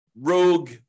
rogue